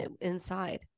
inside